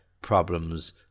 problems